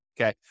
okay